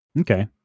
okay